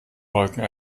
wolken